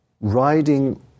riding